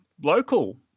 local